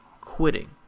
quitting